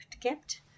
kept